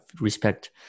respect